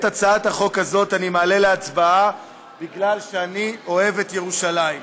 את הצעת החוק הזאת אני מעלה להצבעה כי אני אוהב את ירושלים.